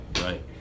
Right